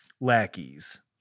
lackeys